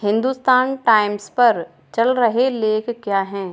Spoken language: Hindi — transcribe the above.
हिन्दुस्तान टाइम्स पर चल रहे लेख क्या हैं